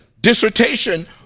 dissertation